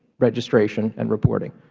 registration and reporting.